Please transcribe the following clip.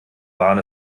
waren